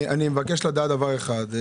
אני מבקש לדעת דבר אחד.